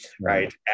right